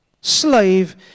slave